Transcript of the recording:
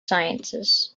sciences